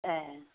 ए